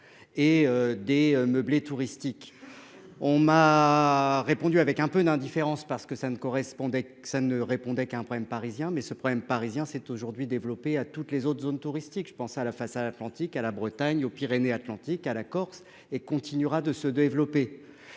Et des meublés touristiques. Répondu avec un peu d'indifférence parce que ça ne correspondait que ça ne répondait qu'un problème parisien. Mais ce problème parisien c'est aujourd'hui développer à toutes les autres zones touristiques, je pensais à la façade Atlantique à la Bretagne aux Pyrénées Atlantiques à la Corse et continuera de se développer.